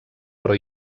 però